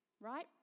Right